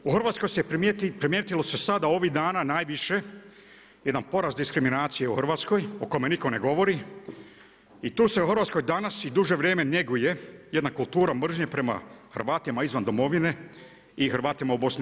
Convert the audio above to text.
U Hrvatskoj se primijeti, primijetilo se sada ovih dana najviše jedan porast diskriminacije u Hrvatskoj o kome niko ne govori i tu se u Hrvatskoj danas i duže vrijeme njeguje jedna kultura mržnje prema Hrvatima izvan domovine i Hrvatima u BiH.